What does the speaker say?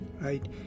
right